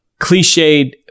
cliched